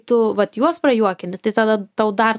tu vat juos prajuokini tada tau dar